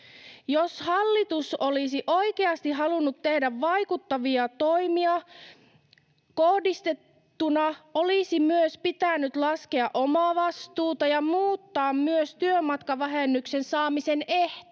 Jos hallitus olisi oikeasti halunnut tehdä vaikuttavia toimia kohdistettuna, olisi myös pitänyt laskea omavastuuta ja muuttaa myös työmatkavähennyksen saamisen ehtoja,